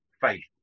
faith